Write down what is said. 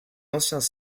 anciens